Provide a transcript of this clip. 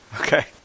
Okay